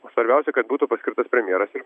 o svarbiausia kad būtų paskirtas premjeras ir